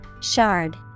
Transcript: shard